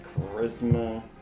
charisma